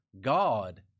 God